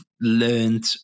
learned